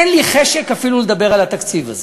אין לי חשק אפילו לדבר על התקציב הזה.